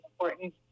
important